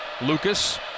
Lucas